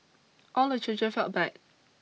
all the children felt bad